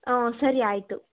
ಊಂ ಸರಿ ಆಯಿತು